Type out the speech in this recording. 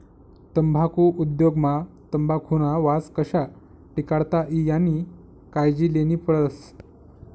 तम्बाखु उद्योग मा तंबाखुना वास कशा टिकाडता ई यानी कायजी लेन्ही पडस